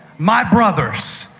my brothers.